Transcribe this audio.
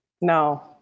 no